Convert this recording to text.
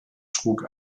trug